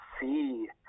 see